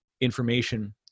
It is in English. information